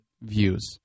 views